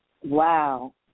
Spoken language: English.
Wow